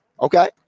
Okay